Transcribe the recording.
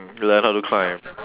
mm ladder to climb